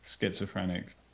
schizophrenic